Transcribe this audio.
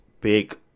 big